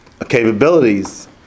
Capabilities